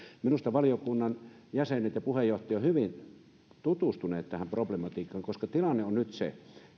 minusta valiokunnan jäsenet ja puheenjohtaja ovat hyvin tutustuneet tähän problematiikkaan koska tilanne on nyt se